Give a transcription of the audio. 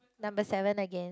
number seven again